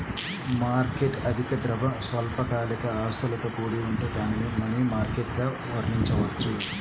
market అధిక ద్రవ, స్వల్పకాలిక ఆస్తులతో కూడి ఉంటే దానిని మనీ మార్కెట్గా వర్ణించవచ్చు